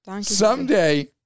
Someday